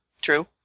true